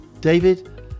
David